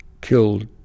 killed